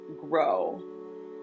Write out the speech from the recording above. grow